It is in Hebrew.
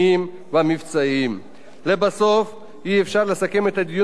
אי-אפשר לסכם את הדיון בנושא הכבאות בלי להזכיר את השלטון המקומי,